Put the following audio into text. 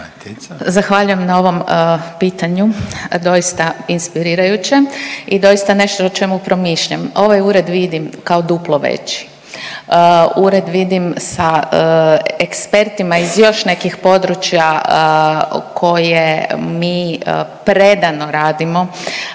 Zahvaljujem na ovom pitanju doista inspirirajućem i doista nešto o čemu promišljam. Ovaj Ured vidim kao duplo veći. Ured vidim sa ekspertima iz još nekih područja koje mi predano radimo.